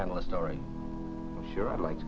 handle a story sure i'd like